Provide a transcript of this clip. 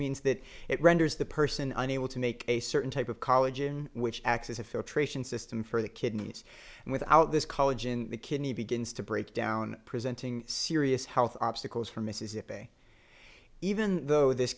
means that it renders the person unable to make a certain type of college which acts as a filtration system for the kidneys and without this college in the kidney begins to break down presenting serious health obstacles for mississippi even though this